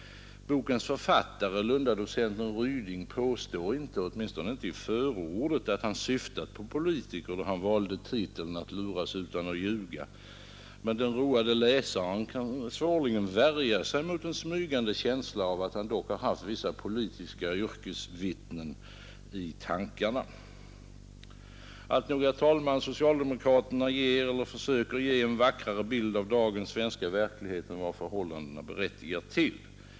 Bokens författare, Lundadocenten Ryding, påstår inte — åtminstone inte i förordet — att han har syftat på politiker då han valde titeln Att luras utan att ljuga, men den roade läsaren har svårt att värja sig mot en smygande känsla av att han dock haft vissa politiska yrkesvittnen i tankarna. Alltnog, herr talman, socialdemokraterna ger eller försöker ge en vackrare bild av dagens svenska verklighet än förhållandena berättigar till.